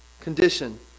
condition